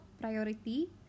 priority